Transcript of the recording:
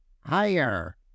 Higher